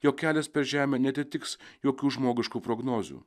jo kelias per žemę neatitiks jokių žmogiškų prognozių